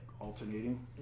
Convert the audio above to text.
alternating